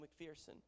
McPherson